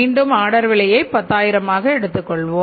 மீண்டும் ஆடர் விலையை 10000 எடுத்துக் கொள்வோம்